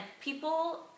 people